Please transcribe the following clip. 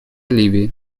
ливии